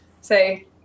say